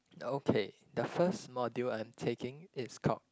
okay the first module I'm taking is called